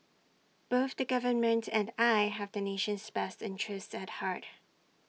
both the government and I have the nation's best interest at heart